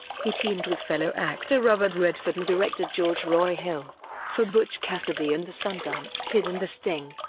he teamed with fellow actor robert redford and director george roy hill for butch cassidy and the sundance kid and the sting.